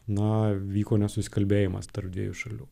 na vyko nesusikalbėjimas tarp dviejų šalių